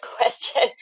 question